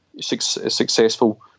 successful